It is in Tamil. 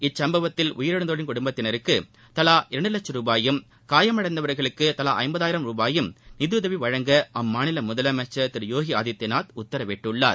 இச்சம்பவத்தில் உயிரிழந்தோரின் குடுப்பத்தினருக்கு தலா இரண்டு வட்சும் ரூபாயும் காயமடைந்தவர்களுக்கு தலா ஐம்பதாயிரம் ரூபாயும் நிதியுதவி வழங்க அம்மாநில முதலமைச்சர் திரு யோகி ஆதித்யநாத் உத்தரவிட்டுள்ளார்